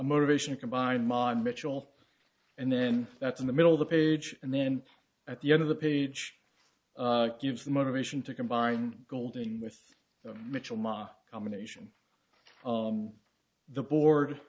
motivation combined mon mitchell and then that's in the middle of the page and then at the end of the page gives the motivation to combine golding with mitchell ma combination the board